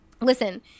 listen